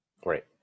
Great